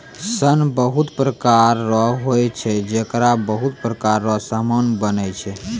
सन बहुत प्रकार रो होय छै जेकरा बहुत प्रकार रो समान बनै छै